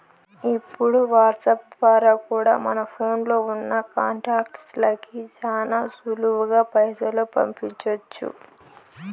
ఇప్పుడు వాట్సాప్ ద్వారా కూడా మన ఫోన్లో ఉన్నా కాంటాక్ట్స్ లకి శానా సులువుగా పైసలు పంపించొచ్చు